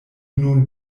nun